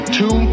two